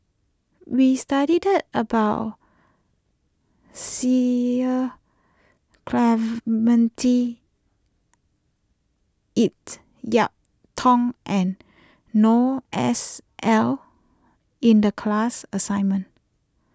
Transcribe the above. we studied about Cecil Clementi it Yiu Tung and Noor S L in the class assignment